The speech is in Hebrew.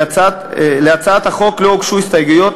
להצעת החוק לא הוגשו הסתייגויות.